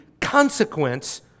consequence